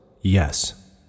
Yes